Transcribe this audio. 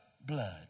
blood